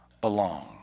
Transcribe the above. belong